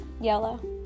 yellow